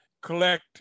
collect